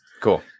Cool